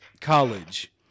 college